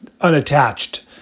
unattached